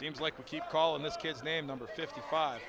seems like we keep calling this kid's name number fifty five